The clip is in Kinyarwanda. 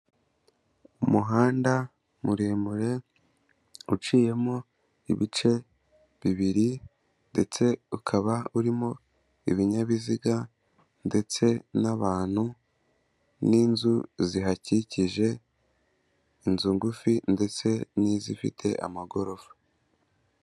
Umuhanda muremure uciyemo ibice bibiri ndetse ukaba urimo ibinyabiziga ndetse n'abantu n'inzu zihakikije, inzu ngufi ndetse n'izifite amagorofa.